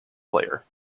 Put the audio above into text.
player